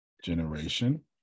generation